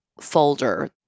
folder